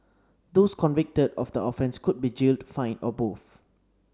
those convicted of the offence could be jailed fined or both